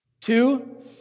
Two